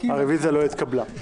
אין הרוויזיה לא התקבלה.